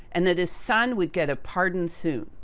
and that his son would get a pardon, soon.